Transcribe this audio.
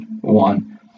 one